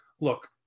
look